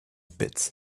pit